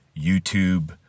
YouTube